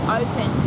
open